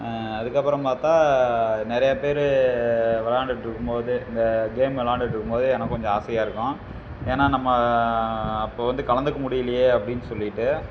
அதுக்கப்புறம் பார்த்தா நிறையா பேர் விளையாண்டுட்டு இருக்கும் போது இந்த கேம் விளாண்டுட்டு இருக்கும் போது எனக்கும் கொஞ்சம் ஆசையாக இருக்கும் ஏன்னா நம்ம அப்போ வந்து கலந்துக்க முடியலையே அப்படின்னு சொல்லிட்டு